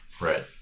Right